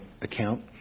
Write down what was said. account